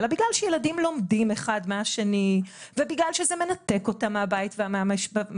אלא בגלל שילדים לומדים אחד מהשני ובגלל שזה מנתק אותם מהבית והמשפחה.